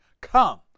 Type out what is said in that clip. Come